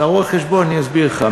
אתה רואה-חשבון, אני אסביר לך.